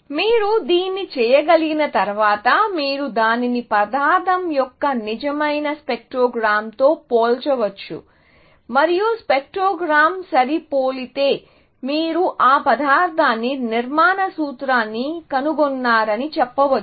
మీరు దీన్ని చేయగలిగిన తర్వాత మీరు దానిని పదార్థం యొక్క నిజమైన స్పెక్ట్రోగ్రామ్తో పోల్చవచ్చు మరియు స్పెక్ట్రోగ్రామ్ సరిపోలితే మీరు ఆ పదార్థానికి నిర్మాణ సూత్రాన్ని కనుగొన్నారని చెప్పవచ్చు